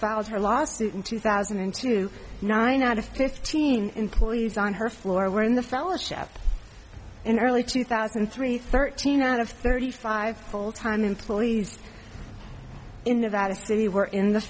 her lawsuit in two thousand and two nine out of fifteen employees on her floor were in the fellowship in early two thousand and three thirteen out of thirty five full time employees in nevada city were in the